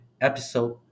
episode